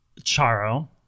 Charo